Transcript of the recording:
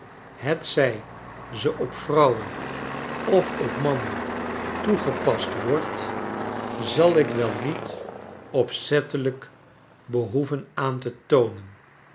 hetzij ze op vrouwen of op mannen toegepast wordt zal ik wel niet opzettelyk behoeven aan te toonen